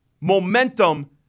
Momentum